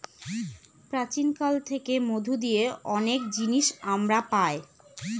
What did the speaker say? প্রাচীন কাল থেকে মধু দিয়ে অনেক জিনিস আমরা পায়